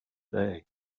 day